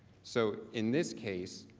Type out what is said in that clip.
so in this case,